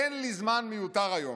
אין לי זמן מיותר היום,